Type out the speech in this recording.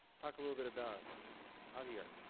talk a little bit about javier.